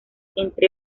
entre